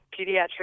pediatric